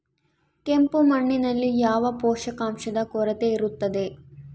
ಕೆಂಪು ಮಣ್ಣಿನಲ್ಲಿ ಯಾವ ಪೋಷಕಾಂಶದ ಕೊರತೆ ಇರುತ್ತದೆ?